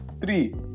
three